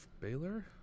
Baylor